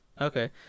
okay